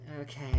Okay